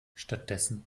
stattdessen